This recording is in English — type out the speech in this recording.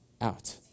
out